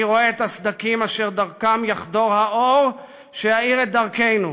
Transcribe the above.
אני רואה את הסדקים אשר דרכם יחדור האור שיאיר את דרכנו,